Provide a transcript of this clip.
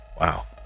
Wow